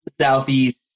southeast